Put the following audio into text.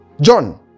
John